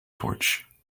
torch